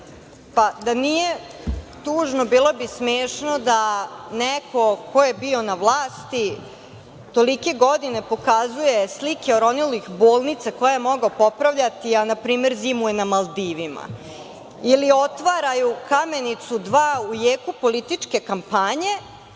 da nije tužno bilo bi smešno da neko ko je bio na vlasti tolike godine pokazuje slike oronulih bolnicu koje je mogao popravljati, ali na primer zimuje na Maldivima ili otvaraju „Kamenicu 2“ u jeku političke kampanje,